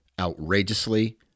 outrageously